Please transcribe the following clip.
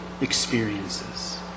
experiences